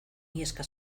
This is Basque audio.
iheska